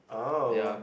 oh